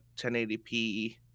1080p